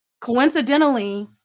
Coincidentally